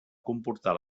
comportar